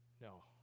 no